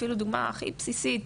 אפילו דוגמא הכי בסיסית,